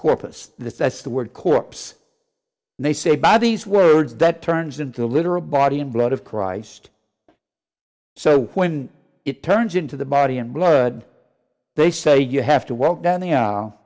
corpus that that's the word corpse they say by these words that turns into a literal body and blood of christ so when it turns into the body and blood they say you have to walk down